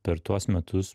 per tuos metus